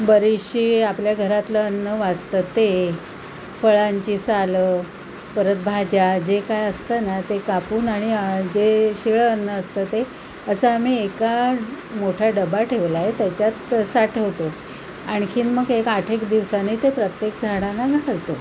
बरीचशी आपल्या घरातलं अन्न वाचतं ते फळांची सालं परत भाज्या जे काय असतं ना ते कापून आणि जे शिळं अन्न असतं ते असं आम्ही एका मोठा डबा ठेवला आहे त्याच्यात साठवतो आणखी मग एक आठ एक दिवसांनी ते प्रत्येक झाडांना घालतो